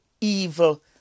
evil